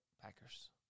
Packers